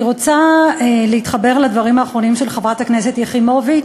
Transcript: אני רוצה להתחבר לדברים האחרונים של חברת הכנסת יחימוביץ